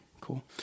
cool